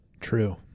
True